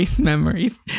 Memories